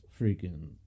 freaking